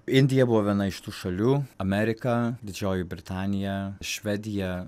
indija buvo viena iš tų šalių amerika didžioji britanija švedija